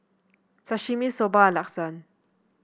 Sashimi Soba and Lasagne